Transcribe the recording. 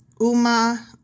Uma